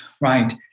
Right